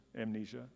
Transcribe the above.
amnesia